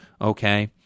okay